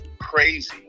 crazy